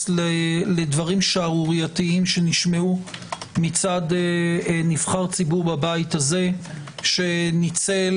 לדברים שערורייתיים שנשמעו מצד נבחר ציבור בבית הזה שניצל